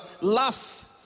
lust